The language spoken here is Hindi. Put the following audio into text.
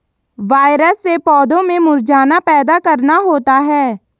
वायरस से पौधों में मुरझाना पैदा करना होता है